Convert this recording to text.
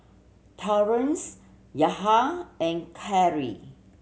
Torrence Yahir and Carly